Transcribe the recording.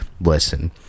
Listen